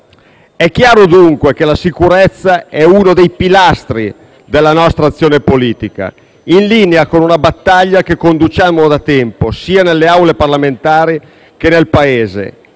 È chiaro, dunque, che la sicurezza è uno dei pilastri della nostra azione politica, in linea con una battaglia che conduciamo da tempo sia nelle Aule parlamentari, sia nel Paese